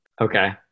okay